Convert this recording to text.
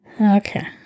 Okay